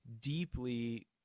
deeply